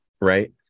right